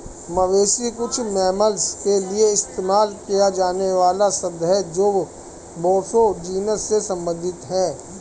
मवेशी कुछ मैमल्स के लिए इस्तेमाल किया जाने वाला शब्द है जो बोसो जीनस से संबंधित हैं